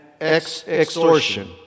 extortion